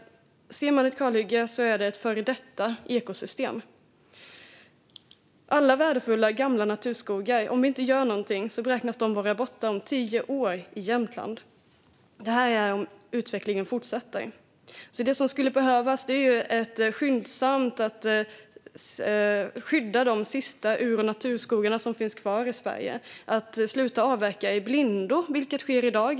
Ser man ett kalhygge är det ett före detta ekosystem man ser. Om vi inte gör någonting beräknas alla värdefulla gamla naturskogar i Jämtland vara borta om tio år. Det som skulle behövas är att skyndsamt skydda de sista ur och naturskogar som finns kvar i Sverige och att sluta avverka i blindo, vilket sker i dag.